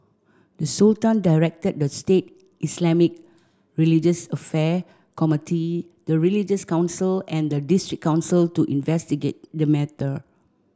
the Sultan directed the state Islamic religious affair committee the religious council and the district council to investigate the matter